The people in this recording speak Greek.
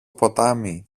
ποτάμι